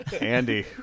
Andy